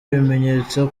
ibimenyetso